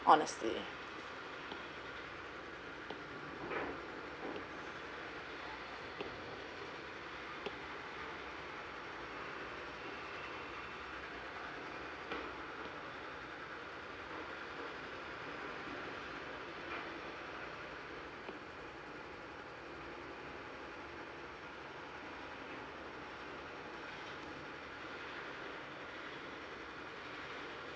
honestly